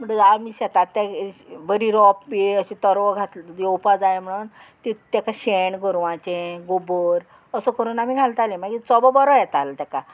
म्हणटकच आमी शेतात ते बरी रोंपे अशें तरवो घात येवपा जाय म्हणून ती तेका शेण गोरवांचें गोबर असो करून आमी घालतालें मागीर चोबो बरो येतालो तेका